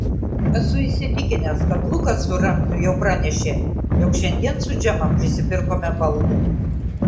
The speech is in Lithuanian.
esu įsitikinęs kad lukas su ramziu jau pranešė jog šiandien su džema prisipirkome baldų